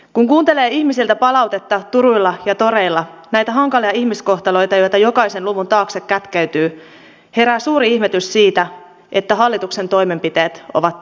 kun kuuntelee ihmisiltä palautetta turuilla ja toreilla näitä hankalia ihmiskohtaloita joita jokaisen luvun taakse kätkeytyy herää suuri ihmetys siitä että hallituksen toimenpiteet ovat tätä luokkaa